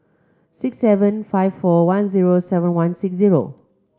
six seven five four one zero seven one six zero